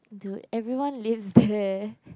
dude everyone lives there